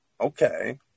okay